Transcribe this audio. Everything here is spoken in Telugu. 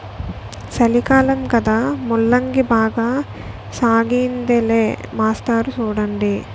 సలికాలం కదా ముల్లంగి బాగా సాగయ్యిందిలే మాస్టారు సూడండి